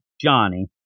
Johnny